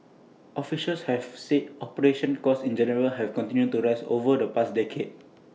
officials have said operational costs in general have continued to rise over the past decade